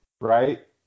right